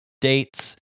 dates